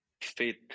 fit